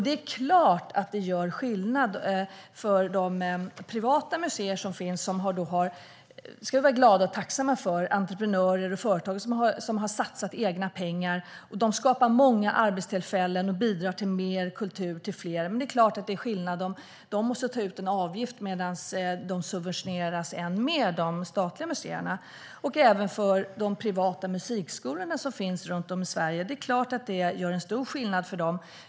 Det är klart att detta gör skillnad för de privata museer som finns och som har entreprenörer och företagare som har satsat egna pengar - det ska vi vara glada och tacksamma för. De skapar många arbetstillfällen och bidrar till mer kultur till fler. Det är klart att det är skillnad om de måste ta ut en avgift medan de statliga museerna subventioneras än mer. Så är det även för de privata musikskolor som finns runt om i Sverige. Det är klart att detta gör en stor skillnad för dem.